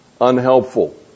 unhelpful